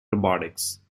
robotics